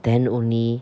then only